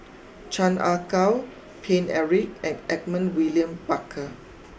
Chan Ah Kow Paine Eric and Edmund William Barker